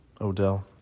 Odell